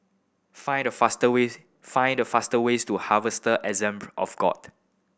find the fast ways find the fast ways to Harvester Assembly of God